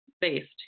based